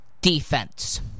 defense